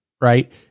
right